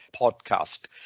podcast